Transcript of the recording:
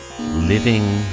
living